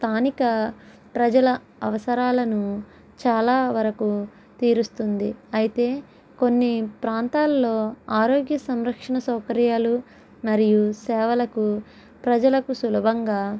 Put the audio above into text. స్థానిక ప్రజల అవసరాలను చాలా వరకు తీరుస్తుంది అయితే కొన్ని ప్రాంతాల్లో ఆరోగ్య సంరక్షణ సౌకర్యాలు మరియు సేవలకు ప్రజలకు సులభంగా